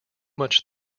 much